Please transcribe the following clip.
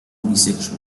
bisexual